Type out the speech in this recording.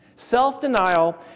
self-denial